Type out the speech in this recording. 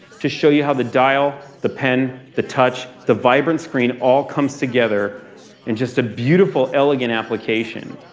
to show you how the dial, the pen, the touch, the vibrant screen all comes together in just a beautiful, elegant application.